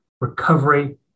recovery